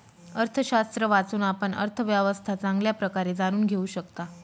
अर्थशास्त्र वाचून, आपण अर्थव्यवस्था चांगल्या प्रकारे जाणून घेऊ शकता